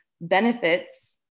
benefits